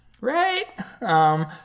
Right